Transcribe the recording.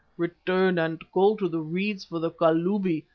return and call to the reeds for the kalubi,